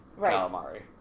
calamari